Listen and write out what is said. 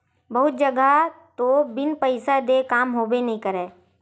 बहुत जघा तो बिन पइसा देय काम होबे नइ करय